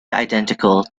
identical